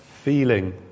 feeling